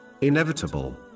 inevitable